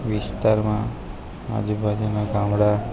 વિસ્તારમાં આજુબાજુના ગામડા